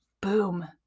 boom